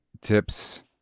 tips